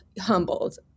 humbled